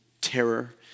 terror